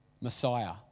Messiah